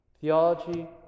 Theology